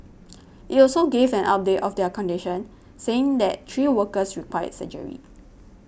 it also gave an update of their condition saying that three workers required surgery